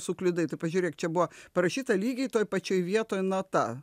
suklydai tu pažiūrėk čia buvo parašyta lygiai toj pačioj vietoj nata